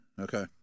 Okay